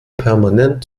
permanent